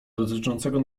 dotyczącego